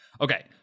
Okay